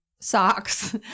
socks